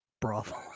brothel